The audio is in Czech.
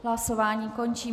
Hlasování končím.